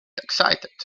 excited